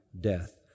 death